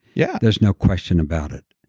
yeah there's no question about it.